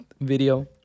video